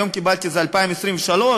היום קיבלתי שזה ב-2023.